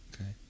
Okay